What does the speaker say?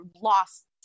lost